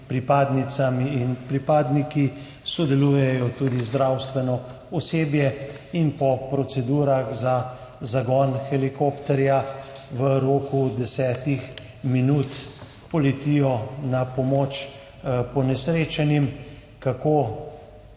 pripadnicami in pripadniki sodeluje tudi zdravstveno osebje in po procedurah za zagon helikopterja v roku 10 minut poletijo na pomoč ponesrečenim. Kako